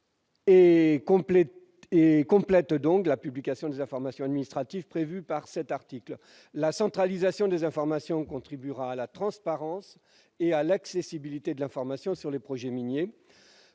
et relèvent donc de la publication des informations administratives prévues par cet article. La centralisation des informations contribuera à la transparence et à l'accessibilité de l'information sur les projets miniers.